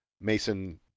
Mason